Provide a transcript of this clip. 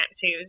choose